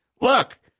look